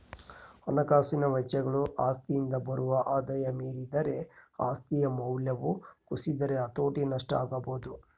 ಹಣಕಾಸಿನ ವೆಚ್ಚಗಳು ಆಸ್ತಿಯಿಂದ ಬರುವ ಆದಾಯ ಮೀರಿದರೆ ಆಸ್ತಿಯ ಮೌಲ್ಯವು ಕುಸಿದರೆ ಹತೋಟಿ ನಷ್ಟ ಆಗಬೊದು